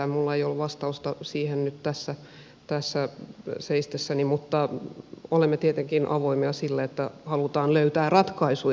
minulla ei ole vastausta siihen nyt tässä seistessäni mutta olemme tietenkin avoimia sille että halutaan löytää ratkaisuja